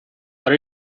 what